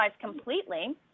completely